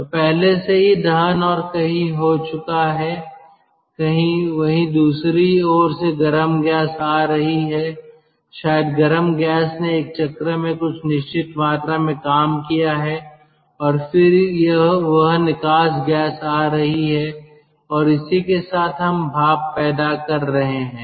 तो पहले से ही दहन और कहीं हो चुका है कहीं वहीं दूसरी ओर से गर्म गैस आ रही है शायद गर्म गैस ने एक चक्र में कुछ निश्चित मात्रा में काम किया है और फिर वह निकास गैस आ रही है और इसी के साथ हम भाप पैदा कर रहे हैं